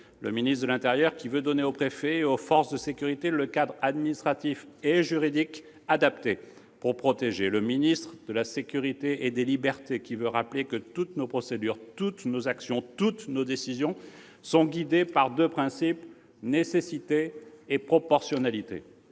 le ministre de l'intérieur, qui veut donner aux préfets et aux forces de sécurité le cadre administratif et juridique adapté pour protéger ; le ministre de la sécurité et des libertés, qui veut rappeler que toutes nos procédures, toutes nos actions, toutes nos décisions sont guidées par deux principes : nécessité et proportionnalité.